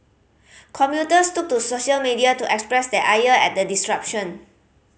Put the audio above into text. commuters took to social media to express their ire at the disruption